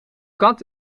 kat